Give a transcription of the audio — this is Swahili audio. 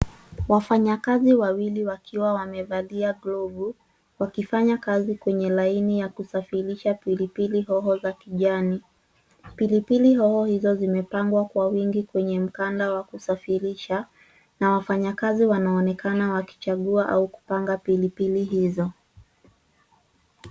Wafanya kazi wawili wakiwa wamevalia glovu wakifanya kazi kwenye laini ya kusafirisha pilipili hoho za kijani. Pilipili hoho hizo zimepangwa kwa wingi kwenye mkanda wa kusafirisha na wafanya kazi wanaonekana wakichagua au kupanga pilipili hizo.